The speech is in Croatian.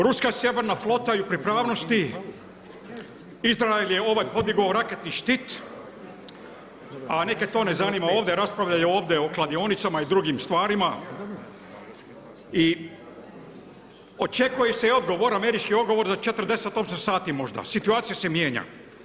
Ruska sjeverna flota je u pripravnosti, Izrael je podigao raketni štit a neke to ne zanima ovdje, raspravljaju ovdje o kladionicama i drugim stvarima i očekuje se američki odgovor za 48 sati, situacija se mijenja.